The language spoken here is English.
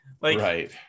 right